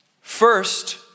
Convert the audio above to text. First